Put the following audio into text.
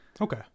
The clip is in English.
Okay